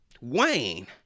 Wayne